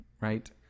right